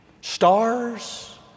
Stars